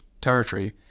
territory